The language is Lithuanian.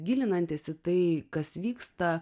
gilinantis į tai kas vyksta